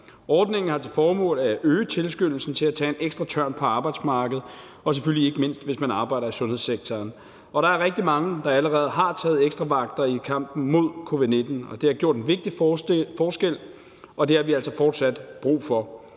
Ordningen har til formål at øge tilskyndelsen til at tage en ekstra tørn på arbejdsmarkedet – og selvfølgelig ikke mindst, hvis man arbejder i sundhedssektoren. Der er rigtig mange, der allerede har taget ekstra vagter i kampen mod covid-19, og det har gjort en vigtig forskel, og det har vi altså fortsat brug for.